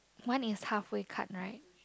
one is halfway cut right